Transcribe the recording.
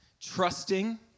trusting